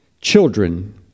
children